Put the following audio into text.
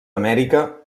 amèrica